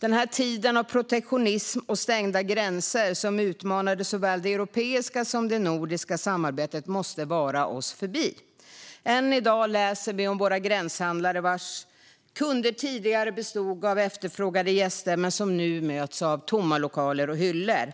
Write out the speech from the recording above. Den tid av protektionism och stängda gränser som utmanade såväl det europeiska som det nordiska samarbetet måste vara oss förbi. Än i dag läser vi om våra gränshandlare, vars kunder tidigare bestått av efterfrågade gäster, men som nu möts av tomma lokaler och hyllor.